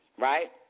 Right